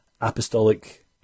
apostolic